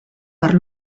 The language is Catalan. per